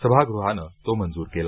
सभागृहानं तो मंजूर केला